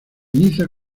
niza